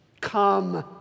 Come